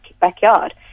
backyard